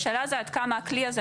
השאלה היא עד כמה הכלי הזה,